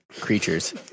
creatures